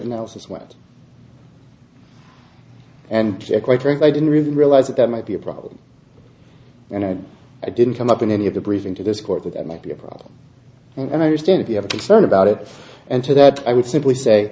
nelson's went and quite frankly i didn't really realize that there might be a problem and i didn't come up in any of the briefing to this court with that might be a problem and i understand if you have a concern about it and to that i would simply say